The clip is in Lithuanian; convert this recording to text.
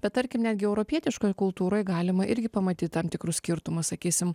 bet tarkim netgi europietiškoj kultūroj galima irgi pamatyt tam tikrus skirtumus sakysim